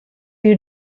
you